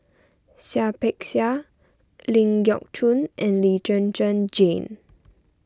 Seah Peck Seah Ling Geok Choon and Lee Zhen Zhen Jane